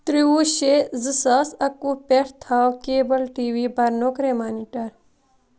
ترٛووُہ شےٚ زٕ ساس اَکوُہ پٮ۪ٹھ تھاو کیبُل ٹی وی برنُک ریمنانٛڈر